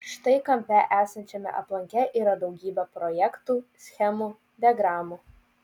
štai kampe esančiame aplanke yra daugybė projektų schemų diagramų